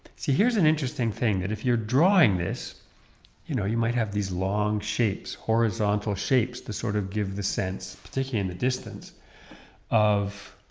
see here's an interesting thing, that if you're drawing this you know you might have these long shapes, horizontal shapes to sort of give the sense particularly in the distance of